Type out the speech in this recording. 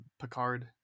Picard